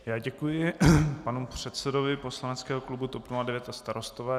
Já děkuji panu předsedovi poslaneckého klubu TOP 09 a Starostové.